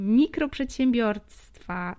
mikroprzedsiębiorstwa